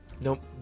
Nope